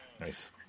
nice